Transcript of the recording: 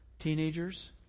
teenagers